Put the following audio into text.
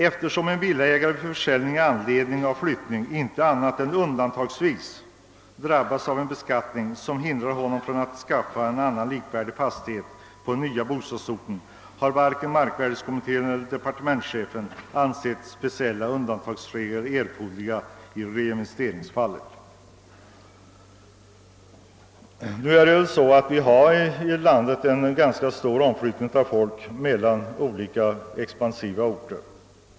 Eftersom en villaägare vid försäljning i anledning av flyttning inte annat än undantagsvis drabbas av beskattning, som hindrar honom från att anskaffa en annan likvärdig fastighet på den nya bostadsorten, har varken markvärdekommittén eller departementschefen ansett speciella undantagsregler erforderliga i reinvesteringsfallen.» I detta land förekommer det en ganska stor omflyttning av folk mellan olika expanderande orter.